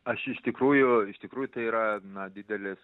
aš iš tikrųjų iš tikrųjų tai yra na didelis